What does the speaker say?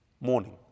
morning